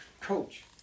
coach